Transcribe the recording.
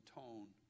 tone